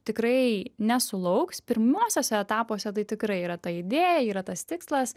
tikrai nesulauks pirmuosiuose etapuose tai tikrai yra ta idėja yra tas tikslas